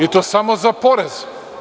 I to samo za porez.